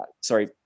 sorry